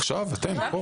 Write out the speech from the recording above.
עכשיו אתם, פה.